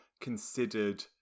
considered